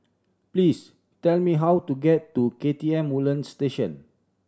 please tell me how to get to K T M Woodlands Station